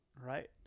right